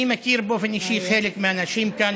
אני מכיר באופן אישי חלק מהאנשים כאן,